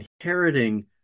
inheriting